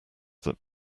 that